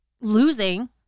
losing